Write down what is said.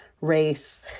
race